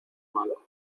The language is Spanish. malo